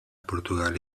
portugal